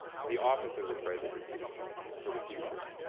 to the office of the presidency for the future.